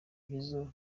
jizzo